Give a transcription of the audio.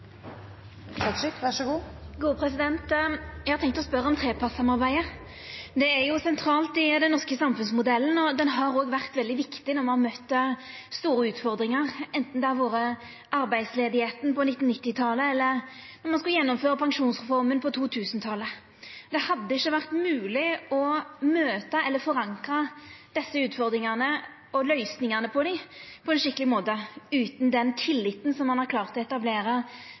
Eg har tenkt å spørja om trepartssamarbeidet. Det er jo sentralt i den norske samfunnsmodellen, og det har vore veldig viktig når me har møtt store utfordringar, anten det var arbeidsløysa på 1990-talet, eller då ein skulle gjennomføra pensjonsreforma på 2000-talet. Det hadde ikkje vore mogleg å forankra desse utfordringane og løysingane på dei på ein skikkeleg måte utan den tilliten som ein har klart å etablera